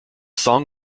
song